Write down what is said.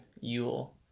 Yule